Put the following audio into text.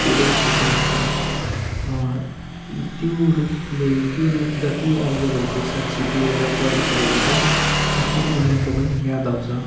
धेरै खुशी लाग्छ त्यो रुखले त्यो रुख जति अल्गो भइसकेको छ छिपिएर बढिसकेको छ आफ्नो उमेरको पनि याद आउँछ